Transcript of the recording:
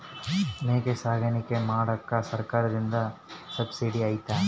ಮೇಕೆ ಸಾಕಾಣಿಕೆ ಮಾಡಾಕ ಸರ್ಕಾರದಿಂದ ಸಬ್ಸಿಡಿ ಐತಾ?